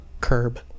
curb